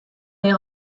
est